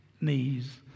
knees